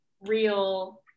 real